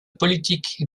politique